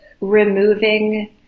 removing